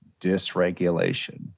dysregulation